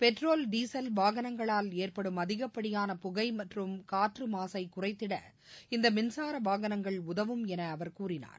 petrol diesel வாகனங்களால் ஏற்படும் அதிகப்படியான புகை மற்றம் காற்று மாசை குறைத்திட இந்த மின்சார வாகனங்கள் உதவும் என அவர் கூறினார்